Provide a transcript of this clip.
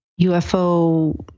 UFO